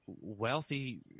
wealthy